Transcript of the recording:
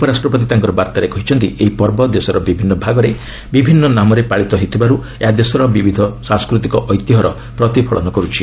ଉପରାଷ୍ଟ୍ରପତି ତାଙ୍କର ବାର୍ତ୍ତାରେ କହିଛନ୍ତି ଏହି ପର୍ବ ଦେଶର ବିଭିନ୍ନ ଭାଗରେ ବିଭିନ୍ନ ନାମରେ ପାଳିତ ହେଉଥିବାରୁ ଏହା ଦେଶର ବିବିଧ ସାଂସ୍କୃତିକ ଐତିହ୍ୟର ପ୍ରତିଫଳନ କରୁଛି